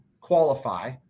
qualify